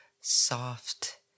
soft